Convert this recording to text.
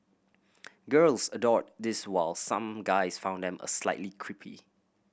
girls adored these while some guys found them a slightly creepy